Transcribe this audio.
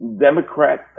Democrat